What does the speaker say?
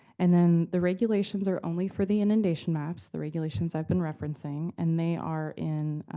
and then the regulations are only for the inundation maps, the regulations i've been referencing. and they are in